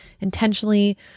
intentionally